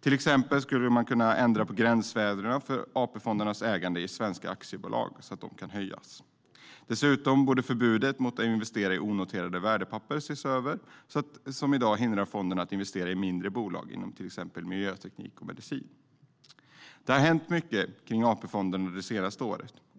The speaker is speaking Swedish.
till exempel kunna ändra på gränsvärdena för AP-fondernas ägande i svenska aktiebolag, så att de kan höjas. Dessutom borde förbudet mot att investera i onoterade värdepapper ses över, vilket i dag hindrar fonderna att investera i mindre bolag inom till exempel miljöteknik och medicin. Det har hänt mycket kring AP-fonderna det senaste året.